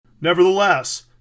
Nevertheless